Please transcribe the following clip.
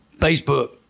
Facebook